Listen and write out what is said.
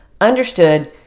understood